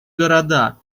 города